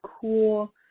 cool